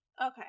Okay